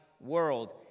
world